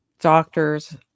doctors